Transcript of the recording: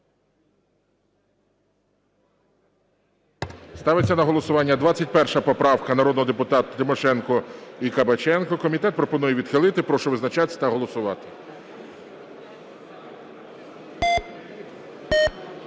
Ставиться на голосування 21 поправка, народні депутати Тимошенко і Кабаченко. Комітет пропонує відхилити. Прошу визначатися та голосувати.